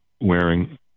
wearing